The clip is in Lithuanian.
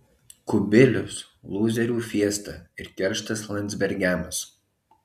kubilius lūzerių fiesta ir kerštas landsbergiams